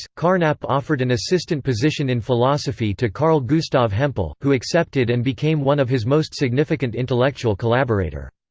carnap offered an assistant position in philosophy to carl gustav hempel, who accepted and became one of his most significant intellectual collaborator.